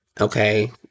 Okay